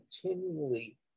continually